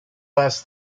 less